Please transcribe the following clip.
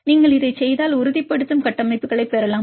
நீங்கள் இதைச் செய்தால் உறுதிப்படுத்தும் கட்டமைப்புகளைப் பெறலாம்